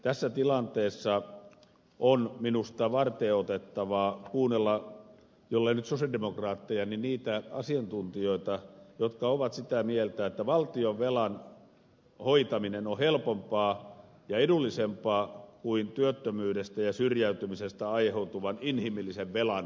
tässä tilanteessa on minusta varteenotettavaa kuunnella jollei nyt sosialidemokraatteja niin niitä asiantuntijoita jotka ovat sitä mieltä että valtionvelan hoitaminen on helpompaa ja edullisempaa kuin työttömyydestä ja syrjäytymisestä aiheutuvan inhimillisen velan hoitaminen